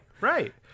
right